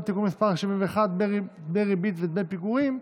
(תיקון מס' 71) (ריבית ודמי פיגורים),